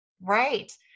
Right